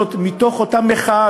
זאת מתוך אותה מחאה,